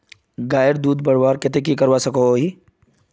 गायेर दूध बढ़वार केते की करवा सकोहो ही?